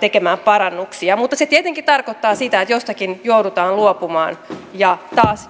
tekemään parannuksia mutta se tietenkin tarkoittaa sitä että jostakin joudutaan luopumaan ja